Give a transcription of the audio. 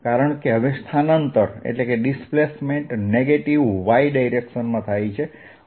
કારણ કે હવે સ્થાનાંતર નેગેટીવ y દિશામાં છે